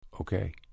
Okay